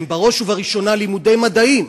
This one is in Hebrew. שהם בראש ובראשונה לימודי מדעים,